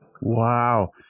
Wow